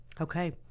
Okay